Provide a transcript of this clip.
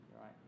Right